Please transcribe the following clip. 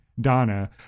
Donna